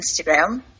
Instagram